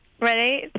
Ready